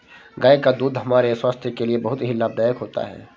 गाय का दूध हमारे स्वास्थ्य के लिए बहुत ही लाभदायक होता है